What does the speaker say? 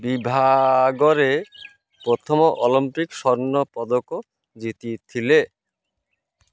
ବିଭାଗରେ ପ୍ରଥମ ଅଲିମ୍ପିକ୍ ସ୍ୱର୍ଣ୍ଣ ପଦକ ଜିତିଥିଲେ